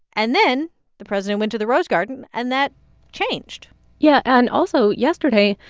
and then the president went to the rose garden, and that changed yeah. and also, yesterday,